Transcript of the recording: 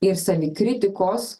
ir savikritikos